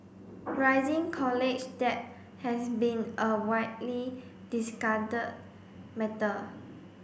rising college debt has been a widely discarded matter